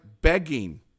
begging